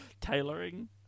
Tailoring